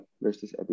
versus